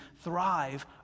thrive